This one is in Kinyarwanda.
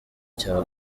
cya